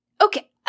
Okay